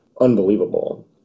unbelievable